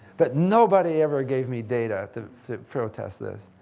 but nobody ever gave me data to protest this.